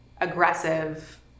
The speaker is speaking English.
Aggressive